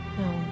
No